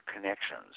connections